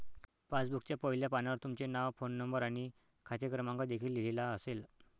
पासबुकच्या पहिल्या पानावर तुमचे नाव, फोन नंबर आणि खाते क्रमांक देखील लिहिलेला असेल